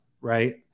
right